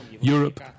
Europe